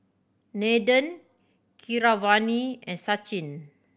Nathan Keeravani and Sachin